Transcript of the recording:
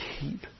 keep